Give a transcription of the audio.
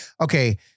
okay